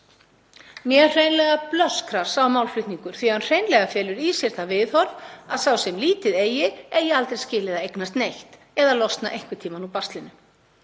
Mér hreinlega blöskrar sá málflutningur því að hann felur í sér það viðhorf að sá sem eigi lítið eigi aldrei skilið að eignast neitt eða losna einhvern tímann úr baslinu.